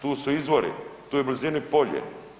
Tu su izvori, tu je u blizini polje.